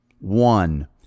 one